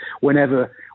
Whenever